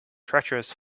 treacherous